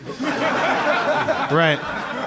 Right